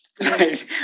Right